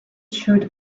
should